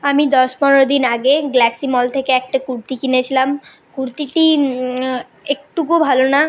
আমি দশ বারো দিন আগে গ্যালাক্সি মল থেকে একটা কুর্তি কিনেছিলাম কুর্তিটি একটুকুও ভালো না